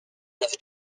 have